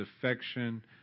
affection